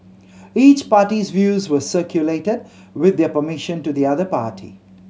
each party's views were circulated with their permission to the other party